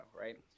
right